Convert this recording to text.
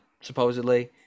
supposedly